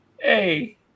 Hey